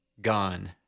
gone